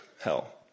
hell